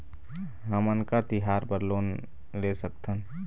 हमन का तिहार बर लोन ले सकथन?